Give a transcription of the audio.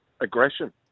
Aggression